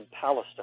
Palestine